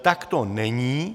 Tak to není.